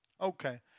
Okay